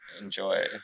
enjoy